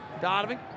Donovan